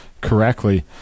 correctly